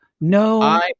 No